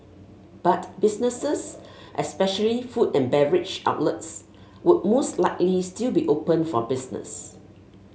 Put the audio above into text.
but businesses especially food and beverage outlets would most likely still be open for business